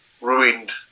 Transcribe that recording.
ruined